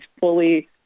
fully –